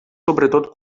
sobretot